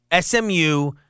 SMU